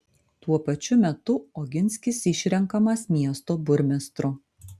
tuo pačiu metu oginskis išrenkamas miesto burmistru